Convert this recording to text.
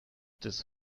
this